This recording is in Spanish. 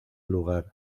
lugar